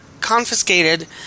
confiscated